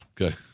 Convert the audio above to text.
Okay